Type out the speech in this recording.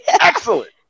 Excellent